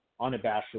unabashedly